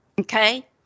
okay